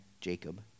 Jacob